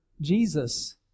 Jesus